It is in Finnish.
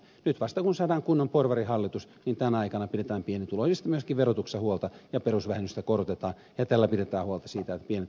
nyt vasta kun on saatu kunnon porvarihallitus tänä aikana pidetään pienituloisista myöskin verotuksessa huolta ja perusvähennystä korotetaan ja tällä pidetään huolta siitä että pienituloiset hyötyvät